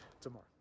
tomorrow